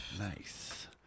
Nice